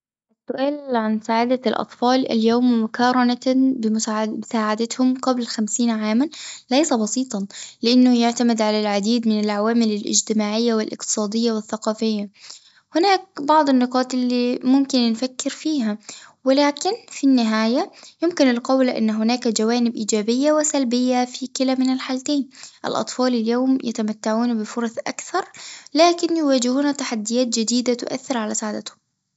السؤال عن سعادة الأطفال اليوم مقارنة بمساعدتهم قبل خمسين عامًا ليس بسيطًا، لإنه يعتمد على العديد من العوامل الاجتماعية والاقتصادية والثقافية، هناك بعض النقاط اللي ممكن نفكر فيها، ولكن في النهاية يمكن القول إن هناك جوانب إيجابية وسلبية في كلًا من الحالتين، الأطفال اليوم يتمتعون بفرص أكثر، لكن يواجهون تحديات جديدة تؤثر على سعادتهم.